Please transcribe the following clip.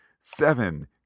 seven